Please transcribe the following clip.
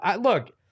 look